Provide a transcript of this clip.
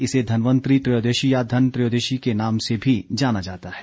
इसे धनवंतरि त्रयोदशी या धन त्रयोदशी के नाम से भी जाना जाता है